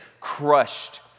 crushed